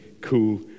cool